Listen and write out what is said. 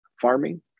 farming